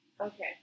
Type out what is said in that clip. Okay